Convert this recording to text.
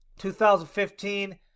2015